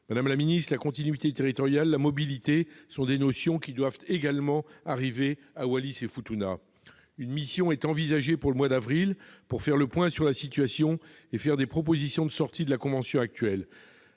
Madame la ministre, la continuité territoriale et la mobilité sont des notions qui doivent également concerner Wallis-et-Futuna. Une mission est envisagée pour le mois d'avril, afin de faire le point sur la situation et avancer des propositions de sortie de la convention actuelle.